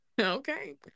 Okay